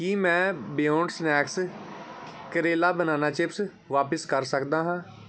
ਕੀ ਮੈਂ Beyond Snack Kerala banana chips ਵਾਪਸ ਕਰ ਸਕਦਾ ਹਾਂ